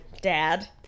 dad